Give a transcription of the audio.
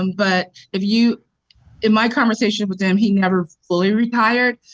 um but if you in my conversation with him, he never fully retired.